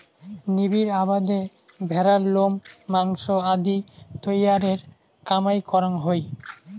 নিবিড় আবাদে ভ্যাড়ার লোম, মাংস আদি তৈয়ারের কামাই করাং হই